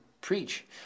preach